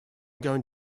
going